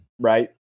right